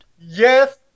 Yes